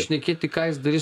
šnekėti ką jis darys